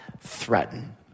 threaten